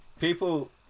People